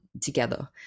together